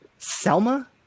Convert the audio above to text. Selma